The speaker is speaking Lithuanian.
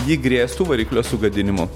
ji grėstų variklio sugadinimu